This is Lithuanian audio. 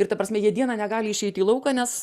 ir ta prasme jie dieną negali išeiti į lauką nes